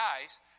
guys